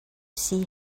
sax